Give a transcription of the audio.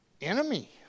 Enemy